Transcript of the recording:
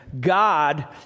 God